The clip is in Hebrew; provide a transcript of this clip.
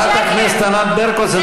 חברת הכנסת ענת ברקו.